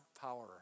power